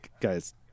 guy's